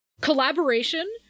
collaboration